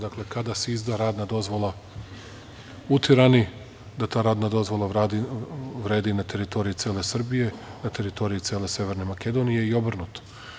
Dakle, kada se izda radna dozvola u Tirani, da ta radna dozvola radi, odnosno vredi na teritoriji cele Srbije, na teritoriji cele Severne Makedonije i obrnuto.